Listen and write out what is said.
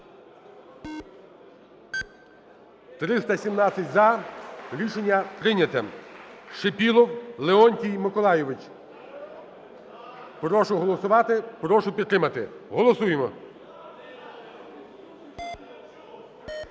За-317 Рішення прийнято. Шипілов Леонтій Миколайович. Прошу голосувати, прошу підтримати. Голосуємо.